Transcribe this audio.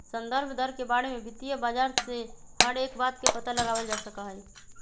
संदर्भ दर के बारे में वित्तीय बाजार से हर एक बात के पता लगावल जा सका हई